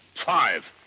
five.